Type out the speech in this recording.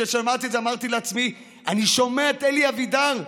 כששמעתי את זה אמרתי לעצמי: אני שומע את אלי אבידר ידידי?